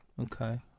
Okay